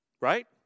Right